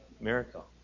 miracle